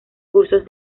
cursos